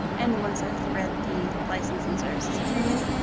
and once i've read the license and services agreement,